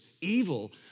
evil